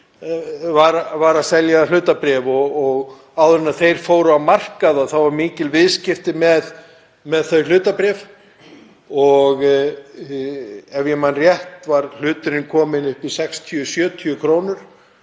var að selja hlutabréf, áður en þeir fóru á markað. Það voru mikil viðskipti með þau hlutabréf og ef ég man rétt var hluturinn kominn upp í 60–70